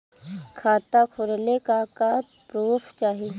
खाता खोलले का का प्रूफ चाही?